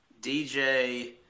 DJ